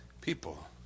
people